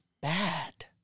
bad